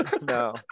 no